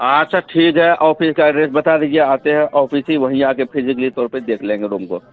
اچھا ٹھیک ہے آفس کاڈریس بتا دیجے آتے ہیں آفس ہی وہیں آ کے فزیکلی طور پہ دیکھ لیں گے روم کو